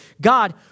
God